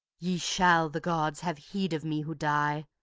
yet shall the gods have heed of me who die,